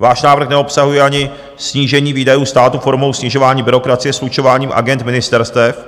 Váš návrh neobsahuje ani snížení výdajů státu formou snižování byrokracie slučováním agend ministerstev,